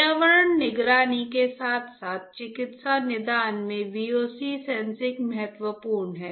पर्यावरण निगरानी के साथ साथ चिकित्सा निदान में VOC सेंसिंग महत्वपूर्ण है